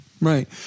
Right